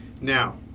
Now